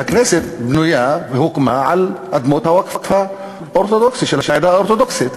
הכנסת בנויה והוקמה על אדמות הווקף של העדה האורתודוקסית.